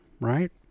right